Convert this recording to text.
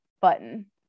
button